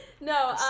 No